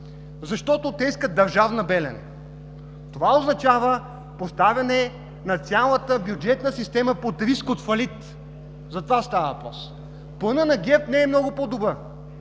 Защото те искат държавна „Белене“. Това означава поставяне на цялата бюджетна система под риск от фалит. За това става въпрос! Планът на ГЕРБ не е много по-добър.